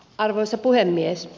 arvoisa puhemies